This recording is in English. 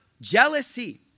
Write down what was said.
jealousy